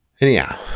Anyhow